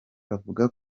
bavuga